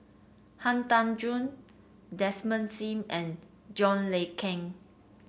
Han Tan Juan Desmond Sim and John Le Cain